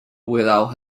without